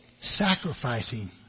Sacrificing